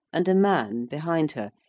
and a man behind her,